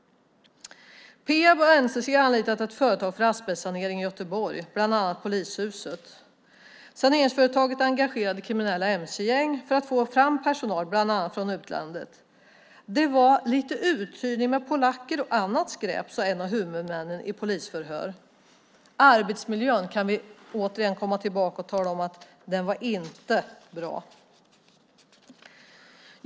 Peab och NCC har anlitat ett företag för asbestsanering i Göteborg, bland annat polishuset. Saneringsföretaget engagerade kriminella mc-gäng för att få fram personal bland annat från utlandet. Det var lite uthyrning med polacker och annat skräp, sade en av huvudmännen i polisförhör. Arbetsmiljön kan man återkomma till; den var inte bra.